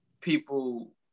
people